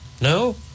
No